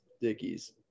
Dickies